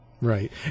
Right